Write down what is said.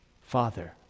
Father